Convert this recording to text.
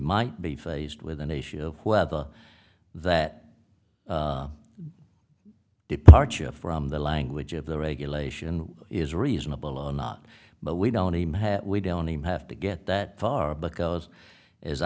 might be faced with an issue of whether that departure from the language of the regulation is reasonable or not but we don't even have we don't have to get that far because as